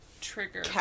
trigger